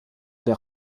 der